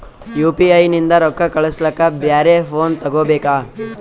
UPI ನಿಂದ ರೊಕ್ಕ ಕಳಸ್ಲಕ ಬ್ಯಾರೆ ಫೋನ ತೋಗೊಬೇಕ?